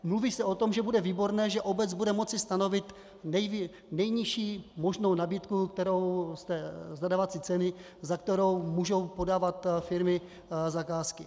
Mluví se o tom, že bude výborné, že obec bude moci stanovit nejnižší možnou nabídku ze zadávací ceny, za kterou můžou podávat firmy zakázky.